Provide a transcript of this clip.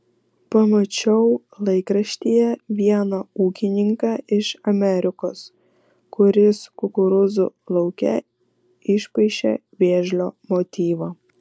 pamačiau laikraštyje vieną ūkininką iš amerikos kuris kukurūzų lauke išpaišė vėžlio motyvą